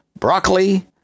broccoli